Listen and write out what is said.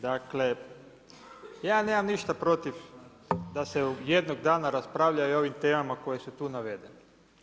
Dakle, ja nemam ništa protiv da se jednog dana raspravlja i o ovim temama koje su tu navedene.